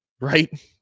right